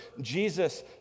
Jesus